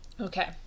Okay